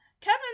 Kevin